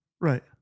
Right